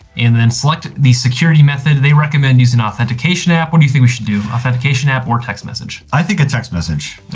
and then select the security method. they recommend using authentication app. what do you think? we should do an app or text message? i think a text message.